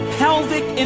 pelvic